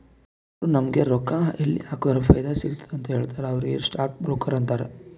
ಯಾರು ನಾಮುಗ್ ರೊಕ್ಕಾ ಎಲ್ಲಿ ಹಾಕುರ ಫೈದಾ ಸಿಗ್ತುದ ಅಂತ್ ಹೇಳ್ತಾರ ಅವ್ರಿಗ ಸ್ಟಾಕ್ ಬ್ರೋಕರ್ ಅಂತಾರ